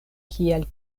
kiel